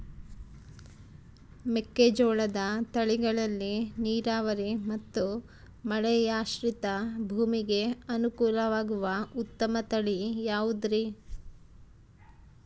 ಮೆಕ್ಕೆಜೋಳದ ತಳಿಗಳಲ್ಲಿ ನೇರಾವರಿ ಮತ್ತು ಮಳೆಯಾಶ್ರಿತ ಭೂಮಿಗೆ ಅನುಕೂಲವಾಗುವ ಉತ್ತಮ ತಳಿ ಯಾವುದುರಿ?